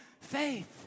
faith